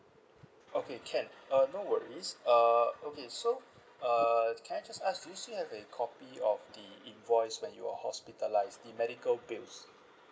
okay can uh no worries err okay so err can I just ask do you still have a copy of the invoice when you are hospitalised the medical bills